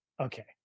Okay